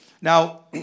Now